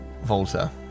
Volta